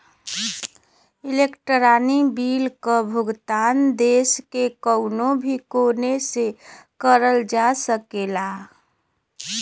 electronic bill क भुगतान देश के कउनो भी कोने से करल जा सकला